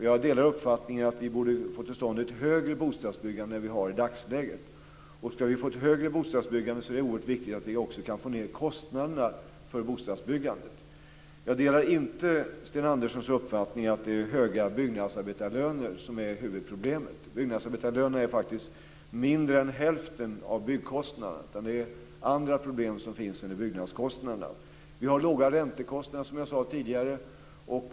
Jag delar uppfattningen att vi borde få till stånd ett högre bostadsbyggande än det som vi har i dagsläget. Ska vi få ett högre bostadsbyggande är det oerhört viktigt att vi också kan få ned kostnaderna för byggandet. Jag delar inte Sten Anderssons uppfattning att det är höga byggnadsarbetarlöner som är huvudproblemet. Byggnadsarbetarnas löner utgör faktiskt mindre än hälften av byggkostnaden. Det finns andra problem än byggnadskostnaderna. Som jag sade tidigare har vi låga räntekostnader.